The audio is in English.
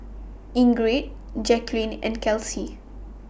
Ingrid Jacqueline and Kelsea